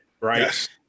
Right